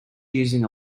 using